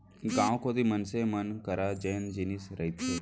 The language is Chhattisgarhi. गाँव कोती मनसे मन करा जेन जिनिस रहिथे